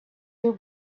your